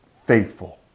faithful